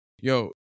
Yo